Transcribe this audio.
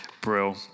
Brill